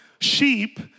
Sheep